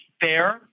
fair